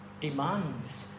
Demands